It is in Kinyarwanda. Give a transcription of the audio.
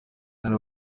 hari